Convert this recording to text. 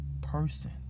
person